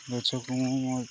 ଗଛକୁ ମୁଁ ମୋ